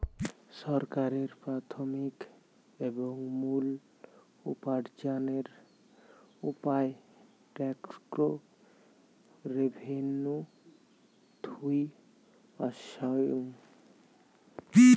ছরকারের প্রাথমিক এবং মুল উপার্জনের উপায় ট্যাক্স রেভেন্যু থুই অসাং